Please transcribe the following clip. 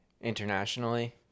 internationally